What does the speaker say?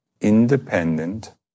independent